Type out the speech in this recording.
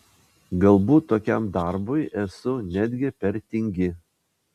galbūt tokiam darbui esu netgi per tingi